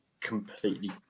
completely